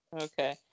okay